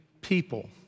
people